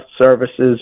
services